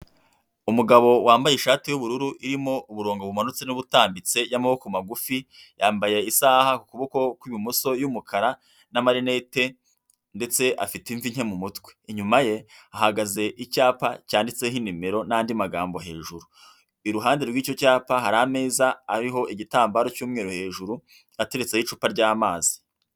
Umugabo wambaye ishati y'ubururu irimo uburongo bumanutse n'ubutambitse y'amaboko magufi, yambaye isaha ku kuboko kw'ibumoso y'umukara n' amarinete ndetse afite imvi nke mu mutwe, inyuma ye hahagaze icyapa cyanditseho nimero n'andi magambo hejuru, iruhande rw'icyo cyapa hari ameza ariho igitambaro cy'umweru hejuru ateretseho icupa ry'amazi.